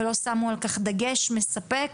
ולא שמו על כך דגש מספק.